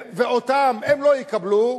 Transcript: הם לא יקבלו,